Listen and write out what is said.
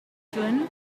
saturn